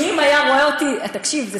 אם היה רואה אותך, היה